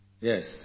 Yes